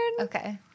okay